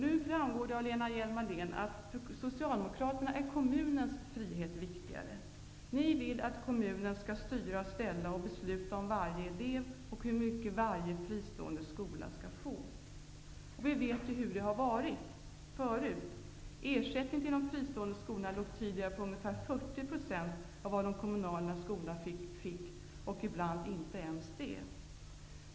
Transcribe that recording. Nu framgår det av det Lena Hjelm-Wallén säger att för Socialdemokraterna är kommunens frihet viktigare. Ni vill att kommunen skall styra och ställa samt besluta om varje elev och hur mycket varje fristående skola skall få. Vi vet hur det har varit förut. Ersättningen till de fristående skolorna låg tidigare på ungefär 40 % av det de kommunala skolorna fick, ibland inte ens det.